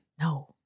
No